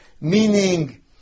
meaning